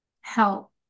help